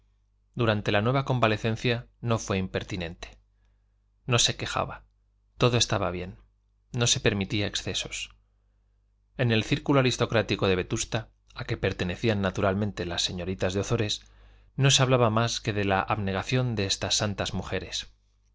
durante la nueva convalecencia no fue impertinente no se quejaba todo estaba bien no se permitía excesos en el círculo aristocrático de vetusta a que pertenecían naturalmente las señoritas de ozores no se hablaba más que de la abnegación de estas santas mujeres